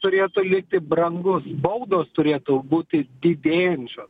turėtų likti brangus baudos turėtų būti didėjančios